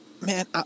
man